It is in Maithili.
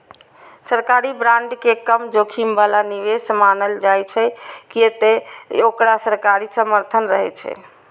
सरकारी बांड के कम जोखिम बला निवेश मानल जाइ छै, कियै ते ओकरा सरकारी समर्थन रहै छै